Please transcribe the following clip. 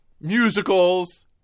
musicals